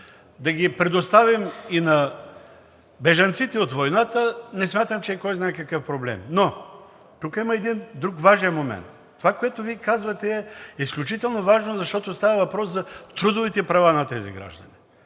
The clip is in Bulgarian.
да ги предоставим и на бежанците от войната, не смятам, че е кой знае какъв проблем. Тук има един друг важен момент. Това, което Вие казвате, е изключително важно, защото става въпрос за трудовите права на тези граждани.